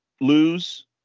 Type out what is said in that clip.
lose